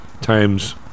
times